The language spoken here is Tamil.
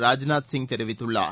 ராஜ்நாத் சிங் தெரிவித்துள்ளார்